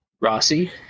rossi